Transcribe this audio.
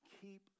keep